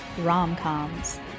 rom-coms